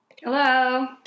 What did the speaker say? Hello